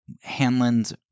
Hanlon's